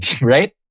Right